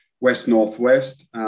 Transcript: west-northwest